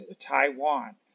Taiwan